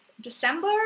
December